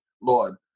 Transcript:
Lord